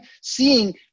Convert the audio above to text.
seeing